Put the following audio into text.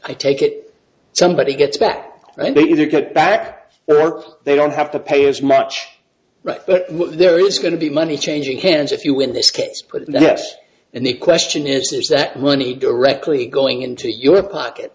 i take it somebody gets back and they either get back there are they don't have to pay as much right but there is going to be money changing hands if you in this case but yes and the question is is that money directly going into your pocket